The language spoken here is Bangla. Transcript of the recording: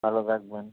ভালো থাকবেন